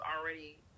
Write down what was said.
already